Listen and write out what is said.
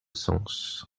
sens